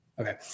Okay